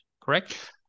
Correct